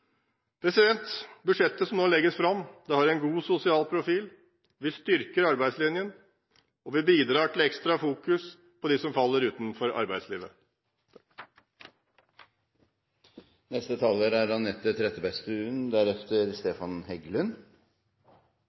Budsjettet som nå legges fram, har en god sosial profil. Vi styrker arbeidslinjen, og vi bidrar til ekstra fokus på dem som faller utenfor arbeidslivet. For bærekraften i den norske velferdsstaten framover er